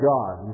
God